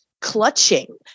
clutching